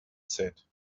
said